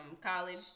college